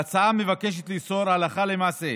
ההצעה מבקשת לאסור הלכה למעשה,